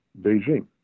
Beijing